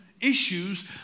issues